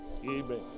Amen